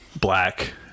black